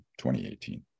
2018